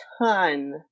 ton